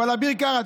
אבל אביר קארה,